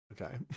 Okay